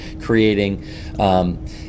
creating